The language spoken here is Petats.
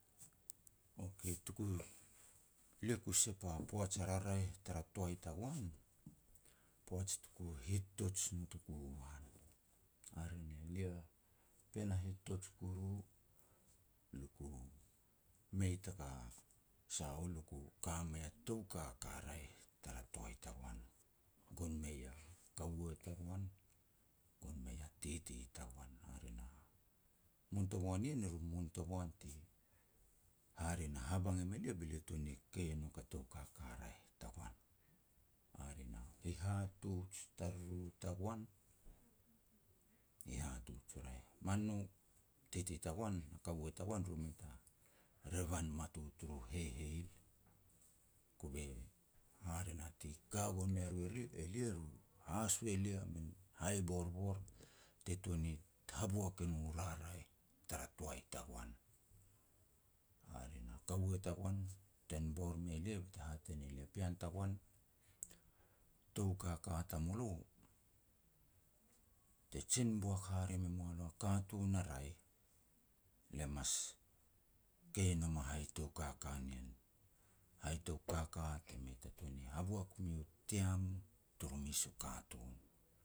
Okay, tuku, lia ku sep a poaj a raraeh tara toai tagoan, poaj tuku hitoj notoku u an. Hare ne lia pean a hitoj kuru, luku mei taka sa u, luku ka mei a tou kaka raeh tara toai tagoan, gon mei a kaua tagoan, gon mei a titi tagoan. Hare na muntoboan nien eru muntoboan ti hare na habang em elia be lia tun ni kei e nouk a tou kaka raeh tagoan. Hare na, hihatuj taruru tagoan, hihatuj u raeh. Man no, titi tagoan na kaua tagoan ru mei ta revan mat u turu heiheil. Kove, hare na ti ka gon mea ri ru elia, haso e lia min hai borbor te tuan ni haboak e no raraeh tara toai tagoan. Hare na kaua tagoan, ten bor mei elia be te hat e ne lia, "Pean tagoan, tou kaka tamulo, te jin boak hare me mua lo a katun a raeh, le mas kei e nom a hai tou kaka nien. Hai tou kaka te mei ta tuan ni haboak miu tiam turu mes u katun."